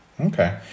Okay